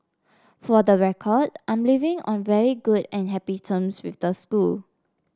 for the record I'm leaving on very good and happy terms with the school